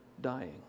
dying